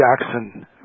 Jackson